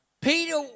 Peter